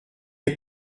est